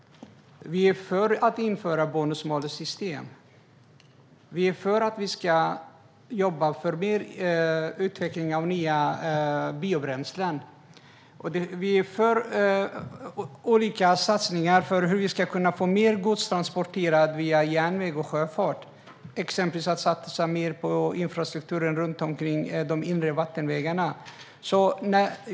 Vi är för att man inför bonus-malus-system. Vi är för att vi ska jobba med utveckling av nya biobränslen. Och vi är för olika satsningar som gäller hur vi ska kunna få mer gods transporterad via järnväg och sjöfart. Det handlar exempelvis om att satsa mer på infrastrukturen runt de inre vattenvägarna.